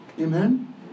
Amen